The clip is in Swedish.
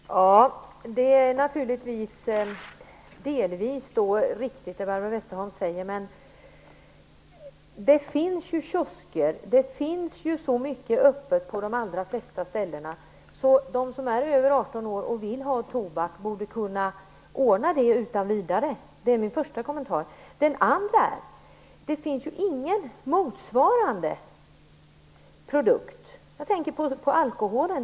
Fru talman! Det Barbro Westerholm säger är naturligtvis delvis riktigt, men det finns ju kiosker, det finns ju så mycket som är öppet på de allra flesta ställen att de som är över 18 år och vill ha tobak borde kunna ordna det utan vidare. Det är min första kommentar. Min andra kommentar är: Det finns ju inget sådant här för motsvarande produkter. Jag tänker på alkoholen.